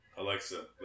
Alexa